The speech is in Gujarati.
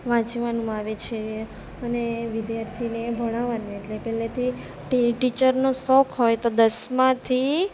વાંચવાનું આવે છે અને વિદ્યાર્થીને ભણાવવાનું એટલે પહેલેથી જ ટીચરનો શોખ હોય તો દસમાથી